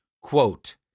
Quote